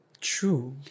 True